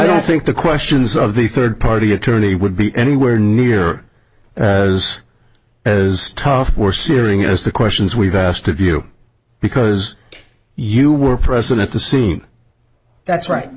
don't think the questions of the third party attorney would be anywhere near as as tough were searing as the questions we've asked of you because you were present at the scene that's right